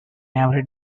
every